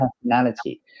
personality